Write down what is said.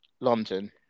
london